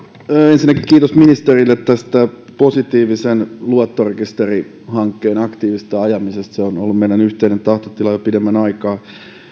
ensinnäkin kiitos ministerille tästä positiivisen luottorekisterihankkeen aktiivisesta ajamisesta se on ollut meidän yhteinen tahtotilamme jo pidemmän aikaa